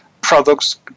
products